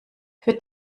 für